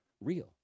real